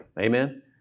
Amen